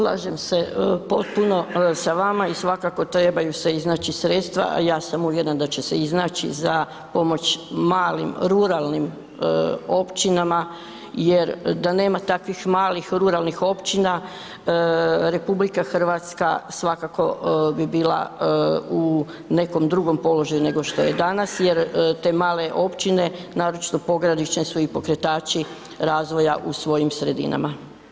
Slažem se potpuno sa vama i svakako trebaju se iznaći sredstva, a ja sam uvjerena da će se iznaći za pomoć malim ruralnim općinama jer da nema takvih malih ruralnih općina RH svakako bi bila u nekom drugom položaju nego što je danas jer te male općine, naročito pogranične su i pokretači razvoja u svojim sredinama.